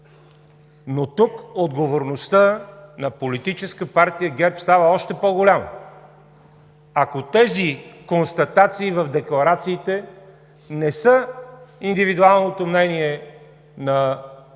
Но тук отговорността на Политическа партия ГЕРБ става още по-голяма, ако тези констатации в декларациите не са индивидуалното мнение на